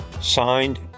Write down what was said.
Signed